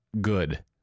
good